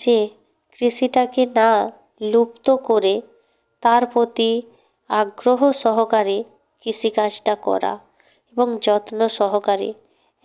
যে কৃষিটাকে না লুপ্ত করে তার প্রতি আগ্রহ সহকারে কৃষিকাজটা করা এবং যত্ন সহকারে